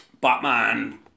Batman